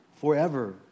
forever